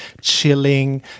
chilling